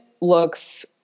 looks